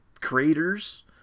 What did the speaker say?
creators